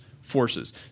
forces